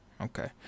Okay